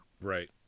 Right